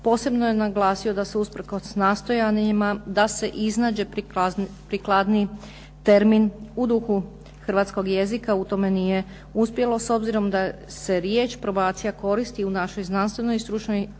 posebno je naglasio da se usprkos nastojanjima da se nađe prikladniji termin, u duhu Hrvatskog jezika u tome nije uspjelo, s obzirom da se riječ probacija koristi u našoj znanstvenoj i stručnoj